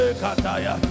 kataya